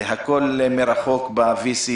הכול מרחוק ב-וי-סי.